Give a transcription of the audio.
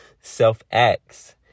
self-acts